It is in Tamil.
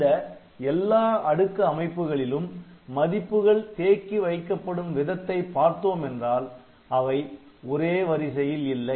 இந்த எல்லா அடுக்கு அமைப்புகளிலும் மதிப்புகள் தேக்கி வைக்கப்படும் விதத்தை பார்த்தோமென்றால் அவை ஒரே வரிசையில் இல்லை